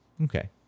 Okay